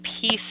Peace